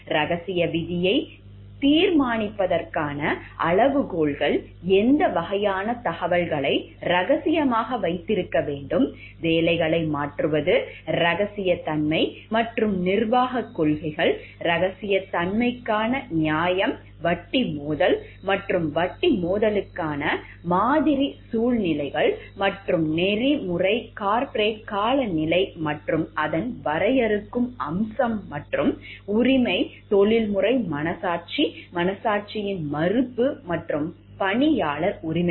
இரகசிய விதியை தீர்மானிப்பதற்கான அளவுகோல்கள் எந்த வகையான தகவல்களை ரகசியமாக வைத்திருக்க வேண்டும் வேலைகளை மாற்றுவது ரகசியத்தன்மை மற்றும் நிர்வாகக் கொள்கைகள் ரகசியத்தன்மைக்கான நியாயம் வட்டி மோதல் மற்றும் வட்டி மோதலுக்கான மாதிரி சூழ்நிலைகள் மற்றும் நெறிமுறை கார்ப்பரேட் காலநிலை மற்றும் அதன் வரையறுக்கும் அம்சம் மற்றும் உரிமை தொழில்முறை மனசாட்சி மனசாட்சி மறுப்பு மற்றும் பணியாளர் உரிமைகள்